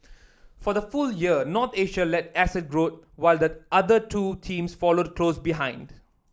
for the full year North Asia led asset growth while the other two teams followed close behind